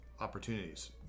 opportunities